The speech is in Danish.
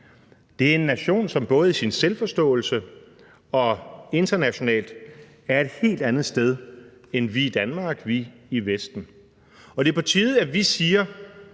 Kina er en nation, som både i sin selvforståelse og internationalt er et helt andet sted end vi i Danmark, vi i Vesten. Det er på tide, at vi siger,